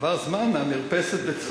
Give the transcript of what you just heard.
חס וחלילה, עבר זמן מהמרפסת בצפת.